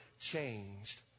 changed